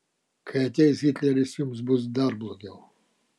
kai ateis hitleris jums bus dar blogiau